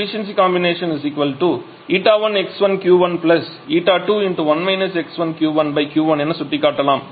𝜂𝐶𝑜𝑚𝑏 𝜂1𝑥1𝑄1 𝜂21 − 𝑥1𝑄1 𝑄1 என சுட்டிக்காட்டலாம்